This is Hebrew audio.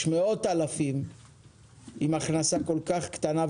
יש מאות אלפים עם הכנסה כל כך קטנה,